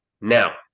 Now